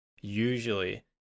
usually